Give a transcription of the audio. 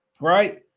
Right